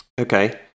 Okay